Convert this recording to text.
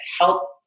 help